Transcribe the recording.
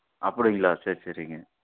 அப்படிங்களா சரி சரிங்க